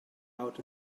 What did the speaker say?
out